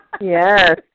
Yes